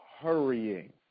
hurrying